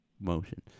motion